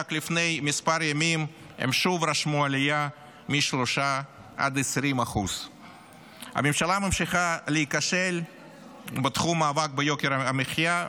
ורק לפני כמה ימים שוב נרשמה עלייה מ-3% עד 20%. הממשלה ממשיכה להיכשל בתחום המאבק ביוקר המחיה,